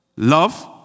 Love